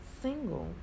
single